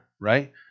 right